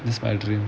that's my dream